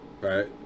Right